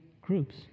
groups